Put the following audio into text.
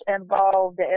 involved